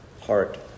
heart